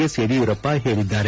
S Yediyurappa ಹೇಳಿದ್ದಾರೆ